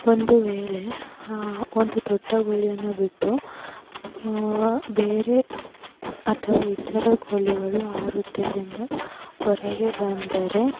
ಒಂದು ವೇಳೆ ಒಂದು ದೊಡ್ಡ ಗೋಲಿಯನ್ನು ಬಿಟ್ಟು ಬೇರೆ ಅಥವಾ ಇತರೆ ಗೋಲಿಗಳು ಆ ವೃತ್ತದಿಂದ ಹೊರಗೆ ಬಂದರೆ